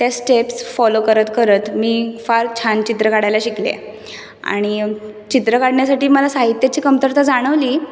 त्या steps follow करत करत मी फार छान चित्र काढायला शिकले आणि चित्र काढण्यासाठी मला साहित्याची कमतरता जाणवली